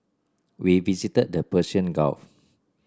we visited the Persian Gulf